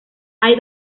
hay